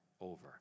over